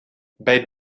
bij